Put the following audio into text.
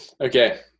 Okay